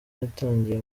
yatangije